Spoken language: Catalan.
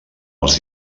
els